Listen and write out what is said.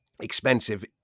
expensive